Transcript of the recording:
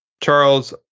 Charles